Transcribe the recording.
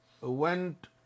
went